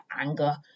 anger